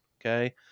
Okay